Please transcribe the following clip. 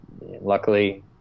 luckily